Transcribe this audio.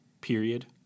period